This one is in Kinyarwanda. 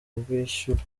bwishyura